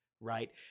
right